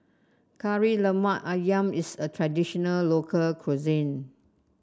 Kari Lemak ayam is a traditional local cuisine